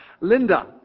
Linda